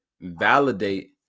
validate